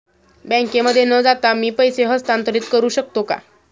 बँकेमध्ये न जाता मी पैसे हस्तांतरित करू शकतो का?